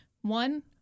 One